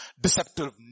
deceptive